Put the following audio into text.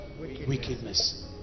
wickedness